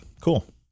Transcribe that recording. Cool